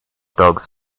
dogs